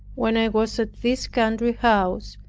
when i was at this country house,